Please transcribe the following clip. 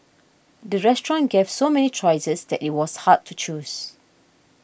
the restaurant gave so many choices that it was hard to choose